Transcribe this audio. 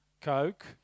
Coke